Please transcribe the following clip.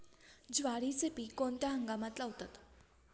ज्वारीचे पीक कोणत्या हंगामात लावतात?